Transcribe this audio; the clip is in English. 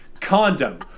condom